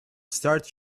start